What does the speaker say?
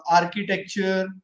architecture